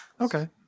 okay